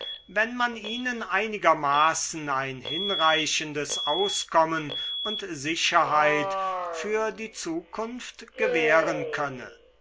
wenn man ihnen einigermaßen ein hinreichendes auskommen und sicherheit für die zukunft gewähren könne